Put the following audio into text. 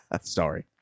Sorry